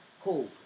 cool